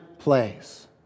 place